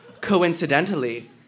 Coincidentally